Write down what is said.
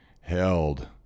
held